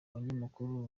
banyamakuru